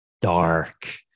dark